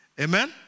Amen